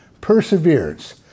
perseverance